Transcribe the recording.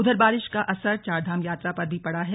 उधर बारिश का असर चारधाम यात्रा पर भी पड़ा है